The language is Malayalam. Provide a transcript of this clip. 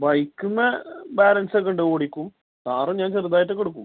ബൈക്കിൻ മേൽ ബാലൻസ് ഒക്കെ ഓടിക്കും കാറ് ഞാൻ ചെറുതായിട്ട് എടുക്കും